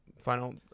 final –